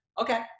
okay